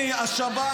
מה הוא אומר?